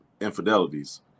infidelities